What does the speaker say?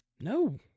No